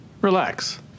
Relax